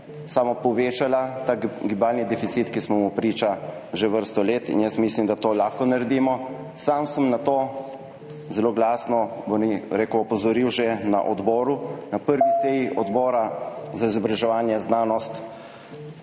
samo povečala gibalnega deficita, ki smo mu priča že vrsto let. Mislim, da to lahko naredimo. Sam sem na to zelo glasno opozoril že na odboru, na 1. seji Odbora za izobraževanje, znanost